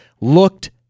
looked